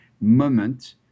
moment